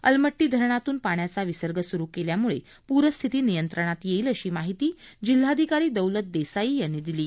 अलमट्टी धरणातून पाण्याचा विसर्ग सुरु केल्यामुळे पूरस्थिती नियंत्रणात येईल अशी माहिती जिल्हाधिकारी दौलत देसाई यांनी दिली आहे